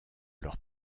leurs